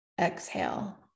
Exhale